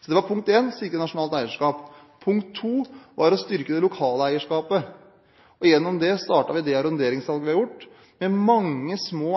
Så det var punkt 1: sikre nasjonalt eierskap. Punkt 2: Det var å styrke det lokale eierskapet – og gjennom det startet vi med det arronderingssalget vi har gjort, med mange små